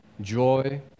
joy